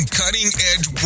cutting-edge